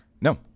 no